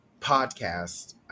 podcast